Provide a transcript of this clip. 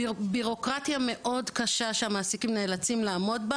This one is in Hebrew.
בירוקרטיה מאוד קשה שהמעסיקים נאלצים לעמוד בה